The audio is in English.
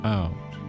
out